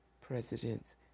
presidents